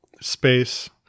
space